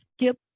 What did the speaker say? skip